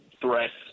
threats